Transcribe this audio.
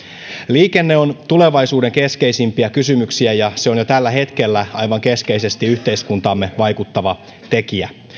liikenne on tulevaisuuden keskeisimpiä kysymyksiä ja se on jo tällä hetkellä aivan keskeisesti yhteiskuntaamme vaikuttava tekijä